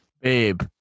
Babe